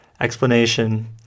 Explanation